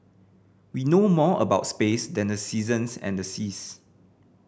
we know more about space than the seasons and the seas